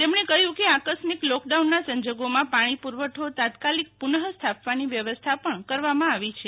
તેમણે કહ્યું કે આકસ્મિક લોકડાઉનના સંજોગોમાં પાણી પુ રવઠો તાત્કાલિક પુ નક્ષ્થાપવાની વ્યવસ્થા પણ કરવામાં આવી છે